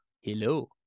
Hello